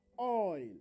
oil